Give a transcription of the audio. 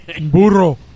Burro